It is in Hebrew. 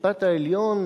בית-המשפט העליון,